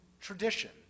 tradition